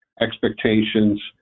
expectations